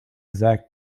exact